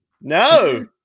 No